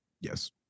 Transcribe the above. Yes